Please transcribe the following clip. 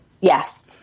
Yes